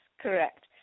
correct